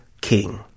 king